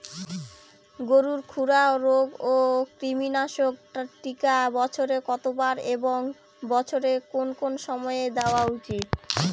গরুর খুরা রোগ ও কৃমিনাশক টিকা বছরে কতবার এবং বছরের কোন কোন সময় দেওয়া উচিৎ?